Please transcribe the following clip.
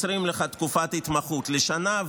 מקצרים לך את תקופת ההתמחות לשנה,